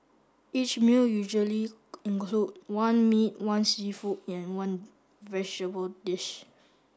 each meal usually include one meat one seafood and one vegetable dish